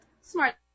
Smart